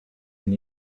and